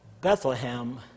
Bethlehem